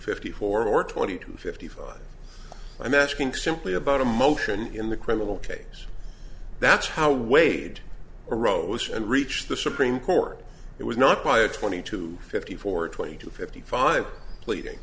fifty four or twenty two fifty five i'm asking simply about a motion in the criminal case that's how wade arose and reached the supreme court it was not by a twenty two fifty four twenty two fifty five pleading